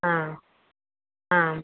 ஆ ஆ